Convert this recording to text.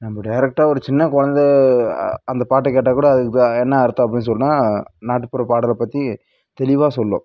நம்ப டேரெக்ட்டாக ஒரு சின்ன குழந்த அந்த பாட்டை கேட்டால் கூட அதுக்கு அ என்ன அர்த்தம் அப்படின்னு சொல்லுனா நாட்டுப்புற பாடலை பற்றி தெளிவாக சொல்லும்